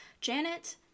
Janet